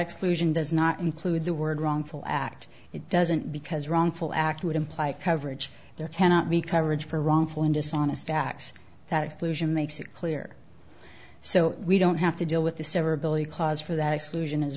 exclusion does not include the word wrongful act it doesn't because wrongful act would imply coverage there cannot be coverage for wrongful and dishonest facts that exclusion makes it clear so we don't have to deal with the severability clause for that exclusion as